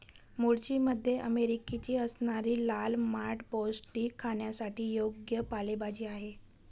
मूळची मध्य अमेरिकेची असणारी लाल माठ पौष्टिक, खाण्यासाठी योग्य पालेभाजी आहे